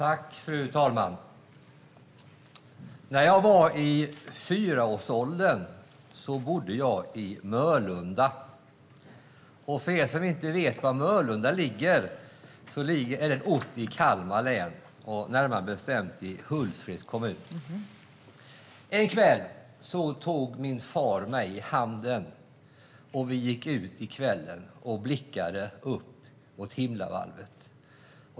Fru talman! När jag var i fyraårsåldern bodde jag i Mörlunda. För er som inte vet var Mörlunda ligger är det en ort i Kalmar län, närmare bestämt i Hultsfreds kommun. En kväll tog min far mig i handen, och vi gick ut i kvällen och blickade upp mot himlavalvet.